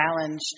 challenged